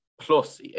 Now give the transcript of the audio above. plus